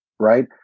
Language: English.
Right